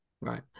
Right